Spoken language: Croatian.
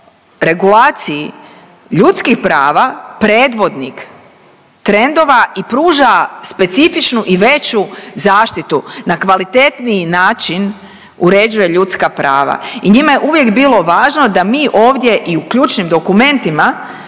regulaciji ljudskih prava predvodnik trendova i pruža specifičnu i veću zaštitu na kvalitetniji način uređuje ljudska prava i njima je uvijek bilo važno da mi ovdje i u ključnim dokumentima